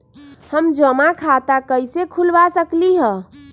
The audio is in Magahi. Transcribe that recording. हम जमा खाता कइसे खुलवा सकली ह?